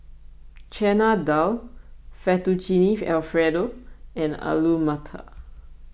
Chana Dal Fettuccine Alfredo and Alu Matar